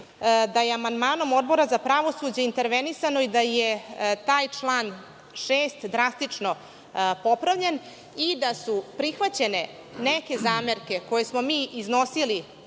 da je amandmanom Odbora za pravosuđe intervenisano i da je taj član 6. drastično popravljen, i da su prihvaćene neke zamerke koje smo mi iznosili